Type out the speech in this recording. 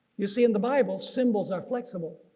you see in the bible symbols are flexible.